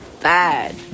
bad